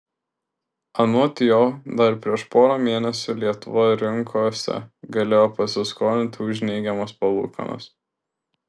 anot jo dar prieš porą mėnesių lietuva rinkose galėjo pasiskolinti už neigiamas palūkanas